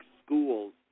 schools